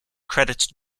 credits